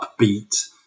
upbeat